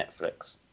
Netflix